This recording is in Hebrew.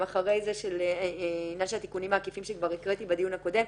אחרי התיקונים העקיפים שכבר הקראתי בדיון הקודם.